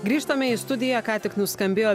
grįžtame į studiją ką tik nuskambėjo